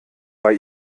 bei